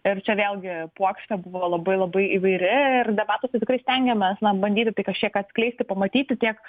ir čia vėlgi puokštė buvo labai labai įvairi ir debatuose tikrai stengiamės na bandyti tai kažkiek atskleisti pamatyti tiek